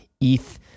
ETH